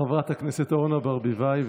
חברת הכנסת אורנה ברביבאי,